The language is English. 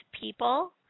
people